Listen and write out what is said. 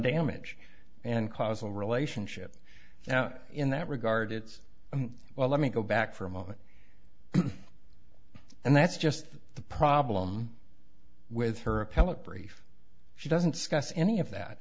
damage and causal relationship now in that regard it's well let me go back for a moment and that's just the problem with her appellate brief she doesn't scuffs any of that